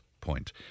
point